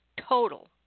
total